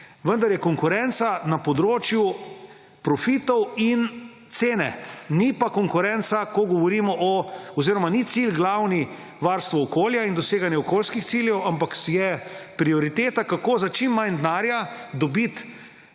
Vendar je konkurenca na področju profitov in cene, ni pa glavni cilj varstvo okolja in doseganje okoljskih ciljev, ampak je prioriteta, kako za čim manj denarja dobiti